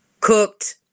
cooked